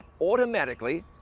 automatically